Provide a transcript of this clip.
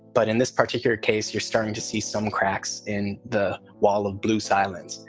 but in this particular case, you're starting to see some cracks in the wall of blue silence.